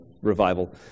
revival